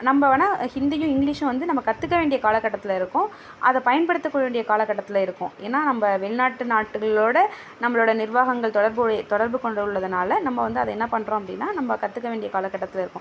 நம்ம வேணுனா ஹிந்தியும் இங்கிலீஷும் வந்து நம்ம கற்றுக்க வேண்டிய காலகட்டத்தில் இருக்கோம் அதை பயன்படுத்தக் கூடிய காலகட்டத்தில் இருக்கோம் ஏன்னா நம்ம வெளிநாடு நாடுகளோட நம்மளோட நிர்வாகங்கள் தொடர்பு தொடர்புக் கொண்டுள்ளதுனால் நம்ம வந்து அதை என்ன பண்ணுறோம் அப்படினா நம்ம கற்றுக்க வேண்டிய காலகட்டத்தில் இருக்கோம்